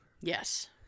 Yes